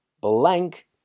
blank